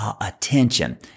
attention